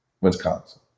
Wisconsin